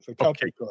Okay